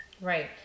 right